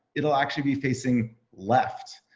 it'll actually be facing left.